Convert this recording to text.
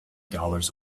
dollars